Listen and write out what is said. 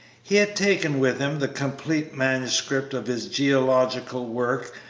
he had taken with him the completed manuscript of his geological work,